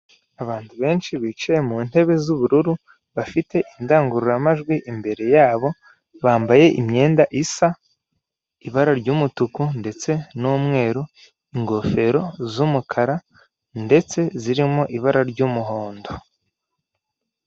Abantu benshi bicaye mu ntebe z'ubururu bafite indangururamajwi imbere yabo bambaye imyenda isa ibara ry'umutuku ndetse n'umweru ingofero z'umukara ndetse zirimo ibara ry'umuhondo.